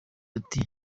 ati